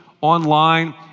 online